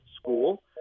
School